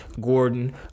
Gordon